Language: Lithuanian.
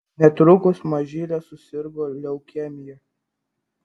netrukus mažylė susirgo leukemija